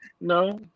No